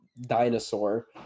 dinosaur